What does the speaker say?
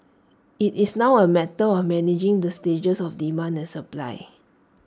IT is now A matter of managing the stages of demand and supply